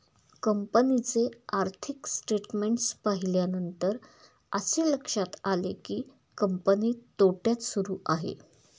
कंपनीचे आर्थिक स्टेटमेंट्स पाहिल्यानंतर असे लक्षात आले की, कंपनी तोट्यात सुरू आहे